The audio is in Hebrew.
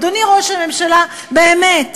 אדוני ראש הממשלה, באמת,